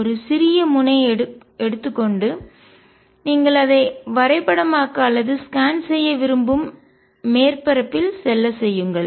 ஒரு சிறிய முனை எடுத்து கொண்டுநீங்கள் அதை வரைபடமாக்க அல்லது ஸ்கேன் செய்ய விரும்பும் மேற்பரப்பில் செல்லச் செய்யுங்கள்